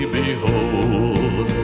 behold